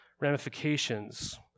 ramifications